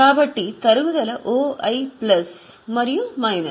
కాబట్టి తరుగుదల OI plus మరియు మైనస్